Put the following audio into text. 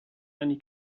many